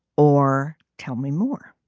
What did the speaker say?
or tell me more